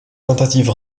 tentative